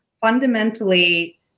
fundamentally